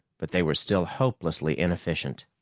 but they were still hopelessly inefficient.